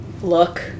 look